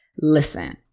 listen